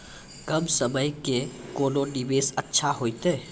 कम समय के कोंन निवेश अच्छा होइतै?